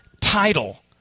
title